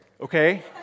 okay